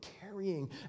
carrying